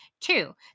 Two